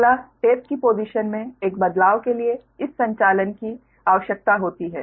अगला टेप की पोसिशन में एक बदलाव के लिए इस संचालन की आवश्यकता होती है